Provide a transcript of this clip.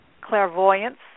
clairvoyance